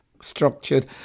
structured